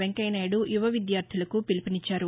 వెంకయ్యనాయుడు యువ విద్యార్శులకు పీలువునిచ్చారు